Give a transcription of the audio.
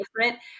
different